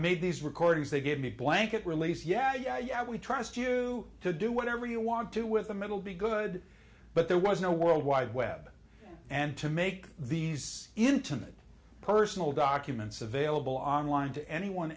made these recordings they give me blanket release yeah yeah yeah we trust you to do whatever you want to with the middle be good but there was no world wide web and to make these internet personal documents available online to anyone